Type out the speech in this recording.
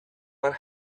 one